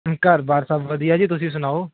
ਘਰ ਬਾਹਰ ਸਭ ਵਧੀਆ ਜੀ ਤੁਸੀਂ ਸੁਣਾਓ